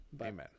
Amen